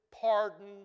pardon